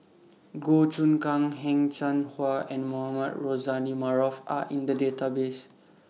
Goh Choon Kang Heng Cheng Hwa and Mohamed Rozani Maarof Are in The Database